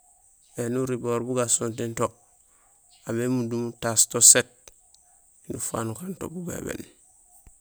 Éni uriboor bu asontéén to, wa bémundum utaas to séét nufaak nukaan to bubébéni.